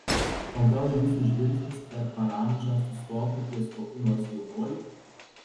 o gal jūsų žvilgsnis per parandžą sustotų ties kokiu nors jaunuoliu